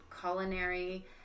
culinary